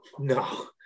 no